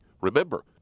Remember